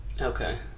Okay